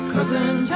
Cousin